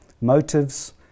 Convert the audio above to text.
motives